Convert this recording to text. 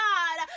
God